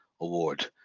award